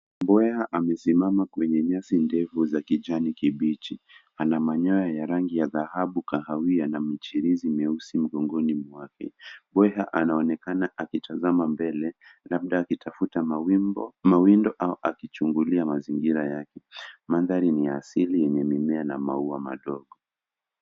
Mbekha amesimama kwenye nyasi ndefu za kijani kibichi. Ana manyoya ya rangi ya dhahabu kahawia na michirizi mieusi mgongoni mwake. Mbweka anaonekana akitazama mbele labda akitafuta mawindo au akichungulia mazingira yake. Mandhari ni ya asili yenye mimea na maua madogo.